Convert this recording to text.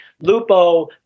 Lupo